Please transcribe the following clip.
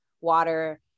water